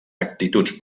actituds